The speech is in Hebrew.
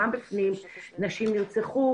נשים נרצחו,